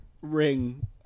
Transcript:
ring